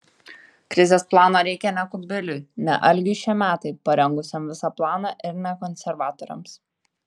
krizės plano reikia ne kubiliui ne algiui šemetai parengusiam visą planą ir ne konservatoriams